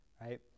right